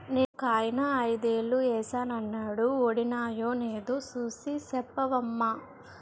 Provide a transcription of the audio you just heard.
నిన్నొకాయన ఐదేలు ఏశానన్నాడు వొడినాయో నేదో సూసి సెప్పవమ్మా